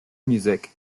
music